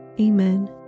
Amen